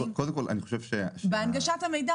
אני מדברת עכשיו על הנגשת המידע,